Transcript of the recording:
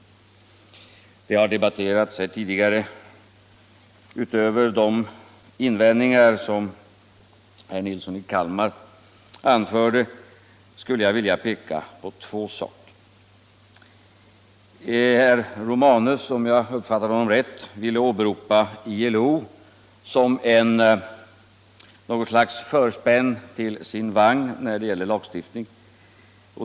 Frågan har debatterats här tidigare. Utöver de invändningar som herr Nilsson i Kalmar anförde skulle jag vilja peka på två saker. Herr Romanus ville — om jag uppfattade honom rätt — åberopa ILO såsom förspänd hans vagn när det gällde lagstiftning.